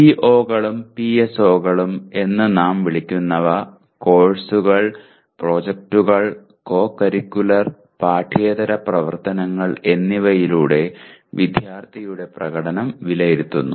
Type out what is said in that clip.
പിഒകളും പിഎസ്ഒകളും എന്ന് നാം വിളിക്കുന്നവ കോഴ്സുകൾ പ്രോജക്ടുകൾ കോ കരിക്കുലർ പാഠ്യേതര പ്രവർത്തനങ്ങൾ എന്നിവയിലൂടെ വിദ്യാർത്ഥിയുടെ പ്രകടനം വിലയിരുത്തുന്നു